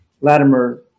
Latimer